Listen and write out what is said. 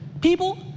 people